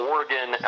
Oregon